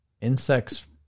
Insects